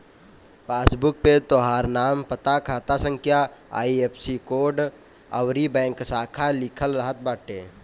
passbook पे तोहार नाम, पता, खाता संख्या, आई.एफ.एस.सी कोड अउरी बैंक शाखा लिखल रहत बाटे